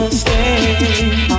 stay